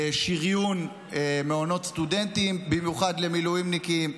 בשריון מעונות סטודנטים במיוחד למילואימניקים.